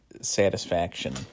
satisfaction